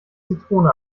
zitrone